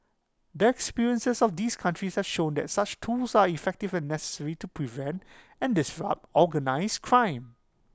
that experiences of these countries have shown that such tools are effective and necessary to prevent and disrupt organised crime